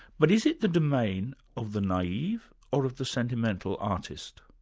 but is it the domain of the naive, or of the sentimental artist?